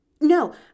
No